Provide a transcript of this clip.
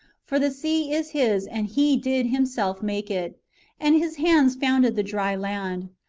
for the sea is his, and he did himself make it and his hands founded the dry land.